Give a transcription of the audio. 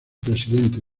presidente